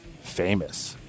famous